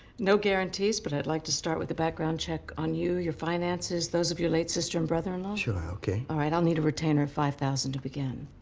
no guarantees, but i'd like to start with a background check on you your finances, those of your late sister and brother-in-law. sure, okay. alright, i'll need a retainer of five thousand to begin.